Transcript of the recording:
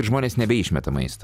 žmonės nebeišmeta maisto